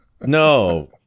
No